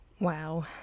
Wow